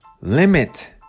limit